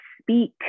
speak